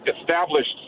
Established